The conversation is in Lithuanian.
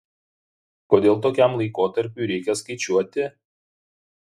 kodėl tokiam laikotarpiui reikia skaičiuoti